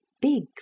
big